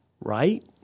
right